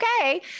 okay